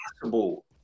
possible